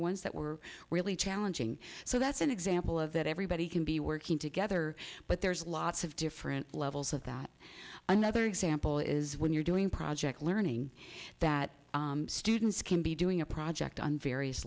ones that were really challenging so that's an example of that everybody can be working together but there's lots of different levels of that another example is when you're doing project learning that students can be doing a project on various